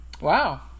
Wow